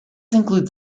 includes